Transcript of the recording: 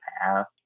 path